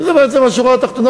שזו בעצם השורה התחתונה,